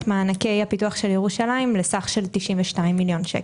מענקי הפיתוח של ירושלים לסך של 92 מיליון שקלים.